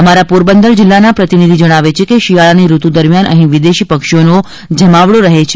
અમારા પોરબંદરના પ્રતિનિધિ જણાવે છે કે શિયાળાની ઋતુ દરમિયાન અહી વિદેશી પક્ષીઓનો જમાવડો રહે છે